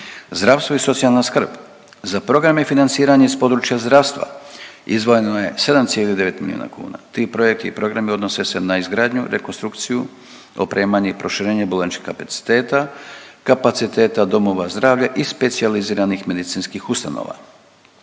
zdravstvo i socijalna skrb. Za programe i financiranje iz područja zdravstva izdvojeno je 7,9 milijuna kuna. Ti projekti i programi odnose se na izgradnju, rekonstrukciju, opremanje i proširenje bolničkih kapaciteta, kapaciteta domova zdravlja i specijaliziranih medicinskih ustanova.